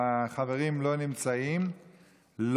החברים לא נמצאים,